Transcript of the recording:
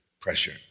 pressure